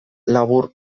labur